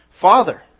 father